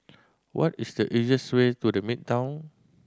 what is the easiest way to The Midtown